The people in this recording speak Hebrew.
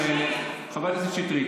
מה שקרה פתאום זה לחץ של מיעוט,